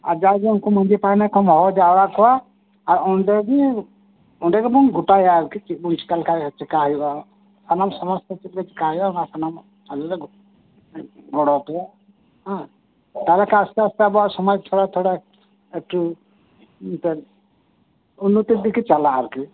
ᱟᱨ ᱡᱟᱜᱮ ᱩᱝᱠᱩ ᱢᱟᱡᱷᱤ ᱯᱟᱨᱟᱱᱤᱠ ᱠᱚᱢ ᱦᱚᱦᱚ ᱡᱟᱣᱨᱟ ᱠᱚᱣᱟ ᱟᱨ ᱚᱸᱰᱮᱜᱮ ᱚᱸᱰᱮ ᱜᱮᱵᱚᱱ ᱜᱚᱴᱟᱭᱟ ᱟᱨᱠᱤ ᱪᱮᱜ ᱵᱚᱱ ᱪᱤᱠᱟ ᱞᱮᱠᱷᱟᱡ ᱪᱮᱠᱟ ᱦᱩᱭᱩᱜᱼᱟ ᱥᱟᱱᱟᱢ ᱥᱚᱢᱚᱥᱛᱚ ᱠᱤᱪᱷᱩ ᱪᱤᱠᱟᱭᱟ ᱥᱟᱱᱟᱢᱟᱜ ᱟᱞᱮ ᱞᱮ ᱜᱚᱲᱚᱣ ᱯᱮᱭᱟ ᱦᱮᱸ ᱛᱟᱦᱞᱮ ᱠᱷᱟᱡ ᱟᱵᱚᱣᱟᱜ ᱥᱚᱢᱟᱡᱽ ᱛᱷᱚᱲᱟ ᱛᱷᱚᱲᱟ ᱟᱛᱩ ᱮᱱᱛᱮᱫ ᱩᱱᱱᱚᱛᱤᱨ ᱫᱤᱠᱮ ᱪᱟᱞᱟᱜᱼᱟ ᱟᱨ ᱠᱤ